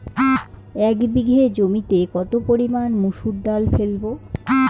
এক বিঘে জমিতে কত পরিমান মুসুর ডাল ফেলবো?